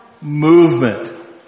movement